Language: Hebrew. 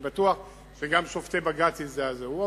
אני בטוח שגם שופטי בג"ץ הזדעזעו,